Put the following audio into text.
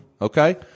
Okay